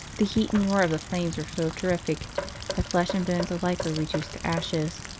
the heat and roar of the flames were so terrific that flesh and bones alike were reduced to ashes.